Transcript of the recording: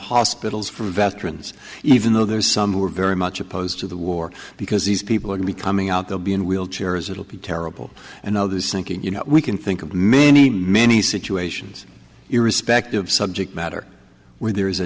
hospitals for veterans even though there's some who are very much opposed to the war because these people are becoming out they'll be in wheelchairs it'll be terrible and others thinking you know we can think of many many situations irrespective of subject matter where there is a